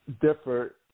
differ